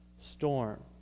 storm